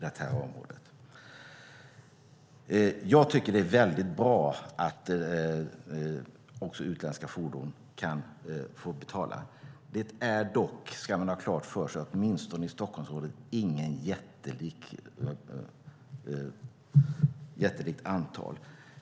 Det är väldigt bra att man också kan få betala för utländska fordon. Man ska dock ha klart för sig att det åtminstone i Stockholmsområdet inte är något jättelikt antal.